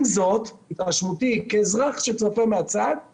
עם זאת, התרשמותי כאזרח שצופה מהצד היא